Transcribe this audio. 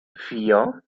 vier